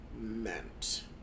meant